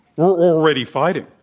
we're already fighting,